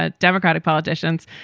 ah democratic politicians,